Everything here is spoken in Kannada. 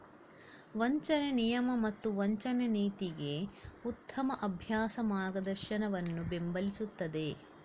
ವಂಚನೆ ನಿಯಮ ಮತ್ತು ವಂಚನೆ ನೀತಿಗೆ ಉತ್ತಮ ಅಭ್ಯಾಸ ಮಾರ್ಗದರ್ಶನವನ್ನು ಬೆಂಬಲಿಸುತ್ತದೆ